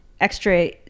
extra